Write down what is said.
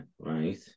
Right